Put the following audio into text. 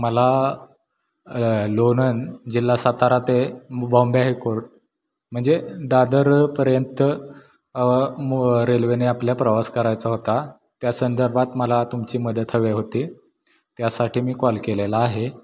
मला लोणंद जिल्हा सातारा ते बॉम्बे हाय कोर्ट म्हणजे दादरपर्यंत रेल्वेने आपल्या प्रवास करायचा होता त्या संदर्भात मला तुमची मदत हवे होती त्यासाठी मी कॉल केलेला आहे